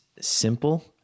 simple